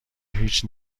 هیچ